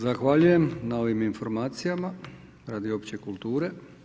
Zahvaljujem na ovim informacijama radi opće kulture.